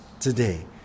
today